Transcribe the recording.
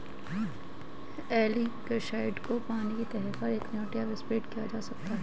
algicides को पानी की सतह पर इंजेक्ट या स्प्रे किया जा सकता है